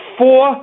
four